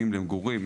אם למגורים,